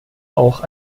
auch